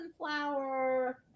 sunflower